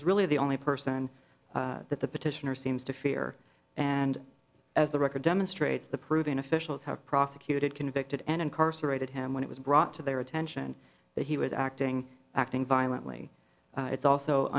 is really the only person that the petitioner seems to fear and as the record demonstrates the proven officials have prosecuted convicted and incarcerated him when it was brought to their attention that he was acting acting violently it's also